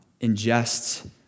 ingests